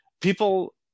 people